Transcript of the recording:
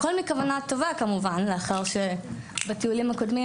הכל מכוונה טובה כמובן לאחר שבטיולים הקודמים